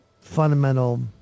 fundamental